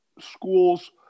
schools